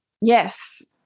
Yes